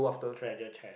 treasure chair